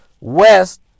west